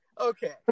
Okay